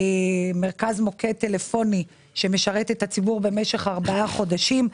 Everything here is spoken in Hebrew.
מרכז מוקד טלפוני שמשרת את הציבור במשך 4 חודשים.